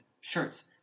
shirts